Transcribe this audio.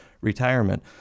retirement